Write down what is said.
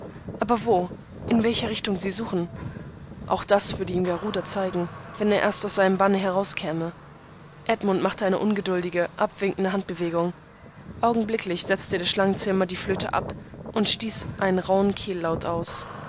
aber wo in welcher richtung sie suchen auch das würde ihm garuda zeigen wenn er erst aus seinem banne herauskäme edmund machte eine ungeduldige abwinkende handbewegung augenblicklich setzte der schlangenzähmer die flöte ab und stieß einen rauhen kehllaut aus